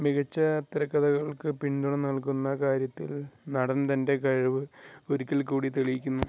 മികച്ച തിരക്കഥകൾക്ക് പിന്തുണ നൽകുന്ന കാര്യത്തിൽ നടൻ തന്റെ കഴിവ് ഒരിക്കൽക്കൂടി തെളിയിക്കുന്നു